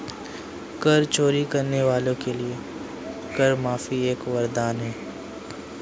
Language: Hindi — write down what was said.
कर चोरी करने वालों के लिए कर माफी एक वरदान है